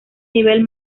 nivel